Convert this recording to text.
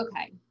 okay